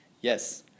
Yes